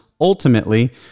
ultimately